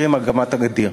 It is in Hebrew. טרם הקמת הגדר.